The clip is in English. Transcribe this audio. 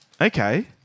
Okay